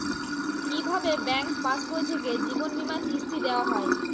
কি ভাবে ব্যাঙ্ক পাশবই থেকে জীবনবীমার কিস্তি দেওয়া হয়?